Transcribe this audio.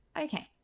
Okay